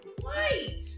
white